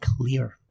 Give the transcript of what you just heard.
clear